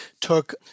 took